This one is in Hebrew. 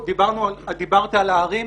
דיברת על הערים.